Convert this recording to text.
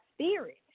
spirit